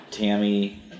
Tammy